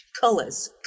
colors